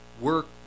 work